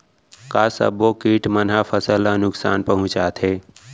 का सब्बो किट मन ह फसल ला नुकसान पहुंचाथे?